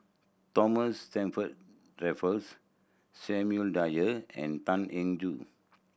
Thomas Stamford Raffles Samuel Dyer and Tan Eng Joo